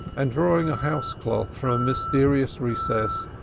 and drawing a house-cloth from a mysterious recess,